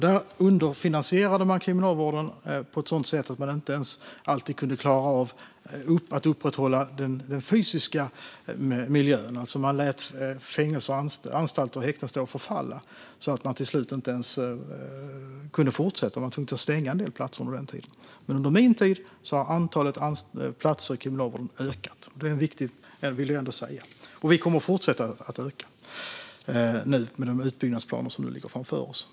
Då underfinansierades Kriminalvården på ett sådant sätt att man inte ens alltid kunde klara av att upprätthålla den fysiska miljön. Man lät fängelser, anstalter och häkten förfalla så att man till slut inte ens kunde fortsätta - man var tvungen att stänga en del platser under den tiden. Men under min tid har antalet platser i Kriminalvården ökat. Det är viktigt, vill jag ändå säga. Vi kommer att fortsätta att öka antalet platser med de utbyggnadsplaner som ligger framför oss.